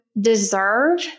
deserve